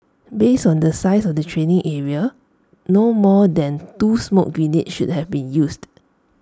based on the size of the training area no more than two smoke grenades should have been used